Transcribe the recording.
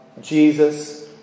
Jesus